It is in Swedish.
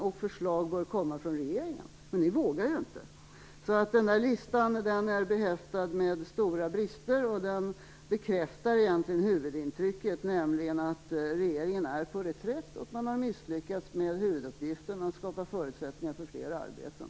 Och förslag bör komma från regeringen, men ni vågar inte. Listan är behäftad med stora brister. Den bekräftar huvudintrycket, nämligen att regeringen är på reträtt och att den har misslyckats med huvuduppgiften att skapa förutsättningar för fler arbeten.